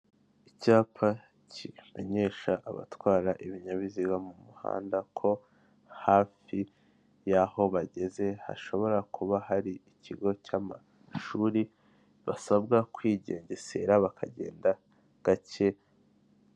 Icyapa kimenyesha abatwara ibinyabiziga mu muhanda ko, hafi y'aho bageze hashobora kuba hari ikigo cy'amashuri, basabwa kwigengesera bakagenda gake,...